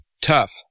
tough